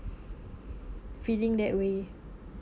feeling that way